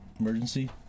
Emergency